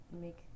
make